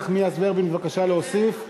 נחמיאס ורבין בבקשה להוסיף לפרוטוקול.